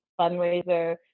fundraiser